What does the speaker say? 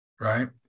right